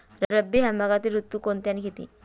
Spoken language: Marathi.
रब्बी हंगामातील ऋतू कोणते आणि किती?